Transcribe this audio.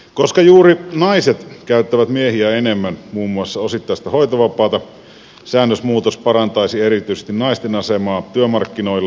koska juuri naiset käyttävät miehiä enemmän muun muassa osittaista hoitovapaata säännösmuutos parantaisi erityisesti naisten asemaa työmarkkinoilla